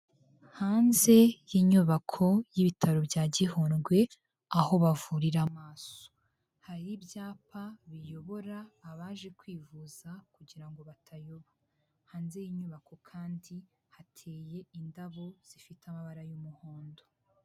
Hanze y'inyubako y'ibitaro bya Gihundwe aho bavurira amaso, hari ibyapa biyobora abaje kwivuza kugira ngo batayoba, hanze y'inyubako kandi hateye indabo zifite amabara y'umuhondo.